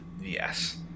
Yes